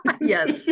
Yes